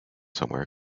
somewhere